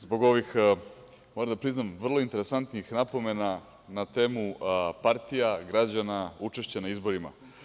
Zbog ovih, moram da priznam, vrlo interesantnih napomena na temu partija, građana, učešća na izborima.